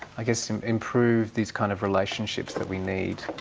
i guess, improve these kind of relationships that we need?